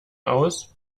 aus